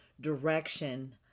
direction